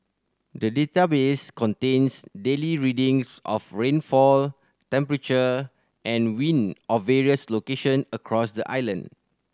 the database contains daily readings of rainfall temperature and wind of various location across the island